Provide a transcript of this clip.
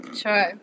Sure